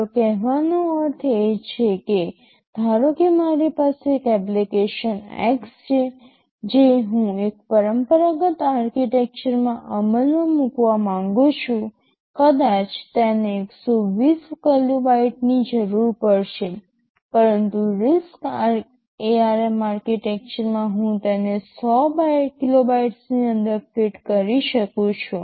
મારો કહેવાનો અર્થ એ છે કે ધારો કે મારી પાસે એક એપ્લિકેશન X છે જે હું એક પરંપરાગત આર્કિટેક્ચરમાં અમલમાં મૂકવા માંગુ છું કદાચ તેને 120 કિલોબાઇટની જરૂર પડશે પરંતુ RISC ARM આર્કિટેક્ચરમાં હું તેને 100 કિલોબાઇટની અંદર ફિટ કરી શકું છું